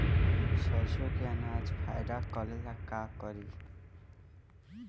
सरसो के अनाज फायदा करेला का करी?